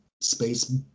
space